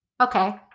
Okay